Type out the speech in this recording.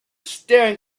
staring